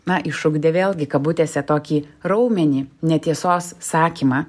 na išugdė vėlgi kabutėse tokį raumenį netiesos sakymą